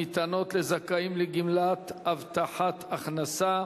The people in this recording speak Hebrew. זכאות להטבות הניתנות לזכאים לגמלת הבטחת הכנסה),